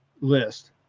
list